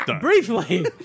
Briefly